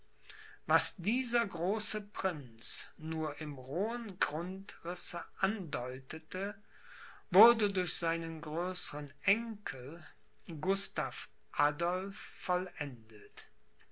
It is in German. was dieser große prinz nur im rohen grundrisse andeutete wurde durch seinen größern enkel gustav adolph vollendet